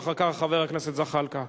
ואחר כך, חבר הכנסת זחאלקה,